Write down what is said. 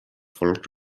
folk